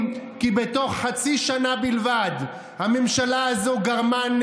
רק בנקודה הזו של השואה: אמרתי שלפיד אמר שחוק השבות הוא מקבילה של חוקי